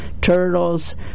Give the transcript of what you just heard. turtles